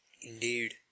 Indeed